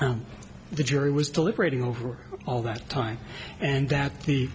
n the jury was deliberating over all that time and that he